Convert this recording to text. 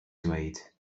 dweud